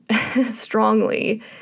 strongly